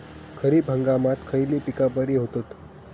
खरीप हंगामात खयली पीका बरी होतत?